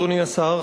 אדוני השר,